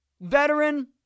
veteran